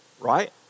right